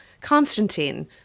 Constantine